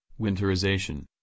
winterization